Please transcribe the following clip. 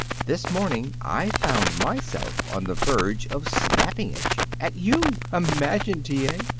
this morning i found myself on the verge of snapping at you. at you! imagine, t. a!